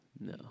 No